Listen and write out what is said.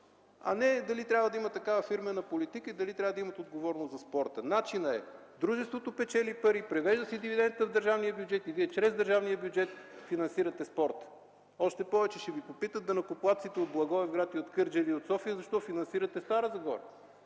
а не дали трябва да има такава фирмена политика и дали трябва да имате отговорност за спорта. Начинът е: дружеството печели пари, привежда се дивидентът в държавния бюджет и Вие чрез държавния бюджет финансирате спорта. Още повече, ще Ви попитат данъкоплатците от Благоевград, от Кърджали и от София защо финансирате Стара Загора?